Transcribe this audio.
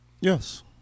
yes